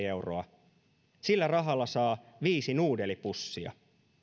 euroa sillä rahalla saa viisi nuudelipussia